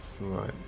Right